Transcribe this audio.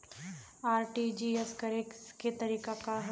RTGS करे के तरीका का हैं?